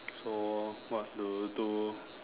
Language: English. so what do you do